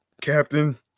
Captain